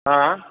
हा